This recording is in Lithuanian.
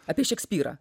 apie šekspyrą